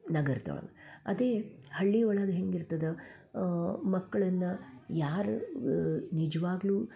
ನಗರದೊಳಗ ಅದೇ ಹಳ್ಳಿ ಒಳಗೆ ಹೆಂಗಿರ್ತದ ಮಕ್ಳನ್ನು ಯಾರು ನಿಜ್ವಾಗಲೂ